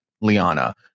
Liana